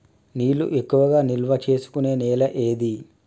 నీళ్లు ఎక్కువగా నిల్వ చేసుకునే నేల ఏది?